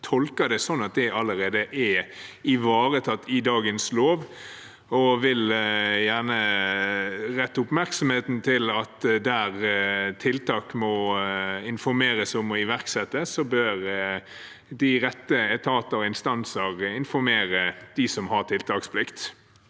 tolker det sånn at det allerede er ivaretatt i dagens lov, og vil gjerne rette oppmerksomheten mot at der tiltak må informeres om og iverksettes, bør de rette etater og instanser informere dem som har tiltaksplikt.